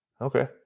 okay